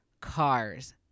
cars